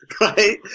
right